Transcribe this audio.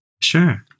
Sure